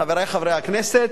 חברי חברי הכנסת,